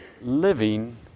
living